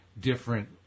different